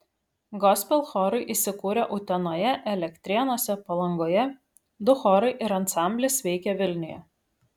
gospel chorai įsikūrę utenoje elektrėnuose palangoje du chorai ir ansamblis veikia vilniuje